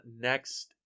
next